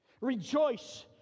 Rejoice